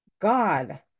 God